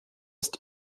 ist